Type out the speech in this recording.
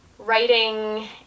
writing